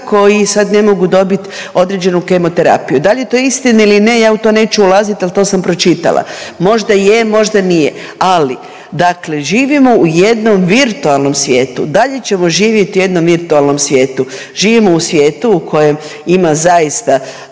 koji sad ne mogu dobiti određenu kemoterapiju. Da li je to istina ili ne ja u to neću ulaziti, ali to sam pročitala, možda je, možda nije. Ali dakle živimo u jednom virtualnom svijetu i dalje ćemo živjeti u jednom virtualnom svijetu. Živimo u svijetu u kojem ima zaista